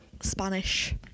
Spanish